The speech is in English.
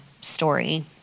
story